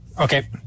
Okay